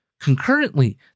Concurrently